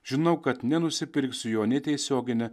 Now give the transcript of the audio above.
žinau kad nenusipirksiu jo nei tiesiogine